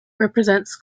represents